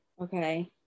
Okay